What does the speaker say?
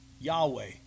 Yahweh